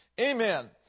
Amen